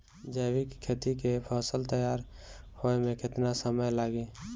जैविक खेती के फसल तैयार होए मे केतना समय लागी?